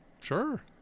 sure